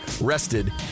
rested